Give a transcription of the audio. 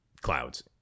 clouds